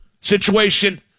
situation